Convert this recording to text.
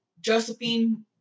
Josephine